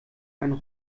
einen